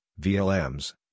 VLMs